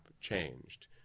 changed